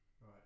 right